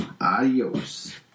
Adios